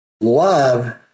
Love